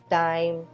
time